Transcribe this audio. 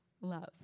love